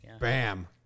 Bam